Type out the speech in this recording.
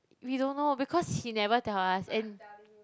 we don't know because he never tell us and